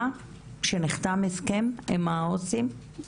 שנחתם ההסכם עם העובדים הסוציאליים?